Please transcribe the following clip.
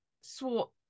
Swart